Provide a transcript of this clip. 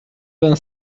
vingt